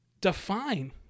define